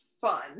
fun